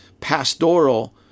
pastoral